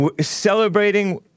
Celebrating